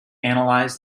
analyze